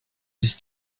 was